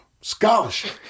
scholarship